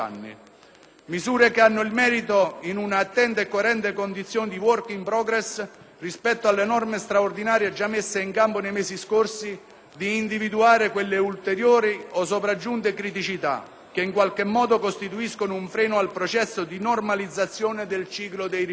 Misure che hanno il merito, in una attenta e coerente condizione di *work in progress* rispetto alle norme straordinarie già messe in campo nei mesi scorsi, di individuare quelle ulteriori o sopraggiunte criticità che in qualche modo costituiscono un freno al processo di normalizzazione del ciclo dei rifiuti.